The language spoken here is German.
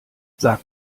sag